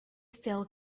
still